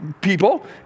people